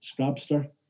Scrabster